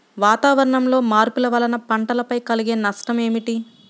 వాతావరణంలో మార్పుల వలన పంటలపై కలిగే నష్టం ఏమిటీ?